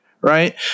right